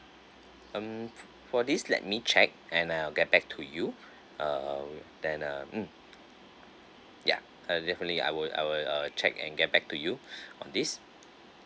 um for this let me check and I'll get back to you uh then uh mm ya uh definitely I will I will I'll check and get back to you on this